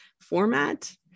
format